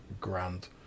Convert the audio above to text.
grand